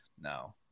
no